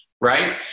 Right